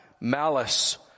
malice